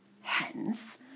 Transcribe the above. hence